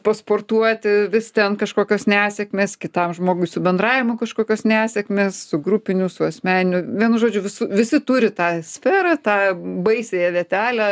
pasportuoti vis ten kažkokios nesėkmės kitam žmogui su bendravimu kažkokios nesėkmės su grupiniu su asmeniniu vienu žodžiu visu visi turi tą sferą tą baisiąją vietelę